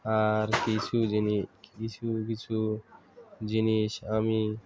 আর কিছু জিনিস কিছু কিছু জিনিস আমি